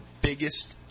biggest